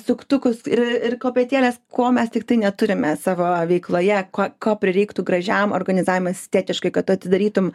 suktukus ir ir kopėtėles ko mes tiktai neturime savo veikloje ko ko prireiktų gražiam organizavimui estetiškai kad tu atidarytum